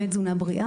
ולקידום תזונה בריאה,